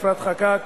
אפרת חקאק